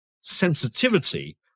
sensitivity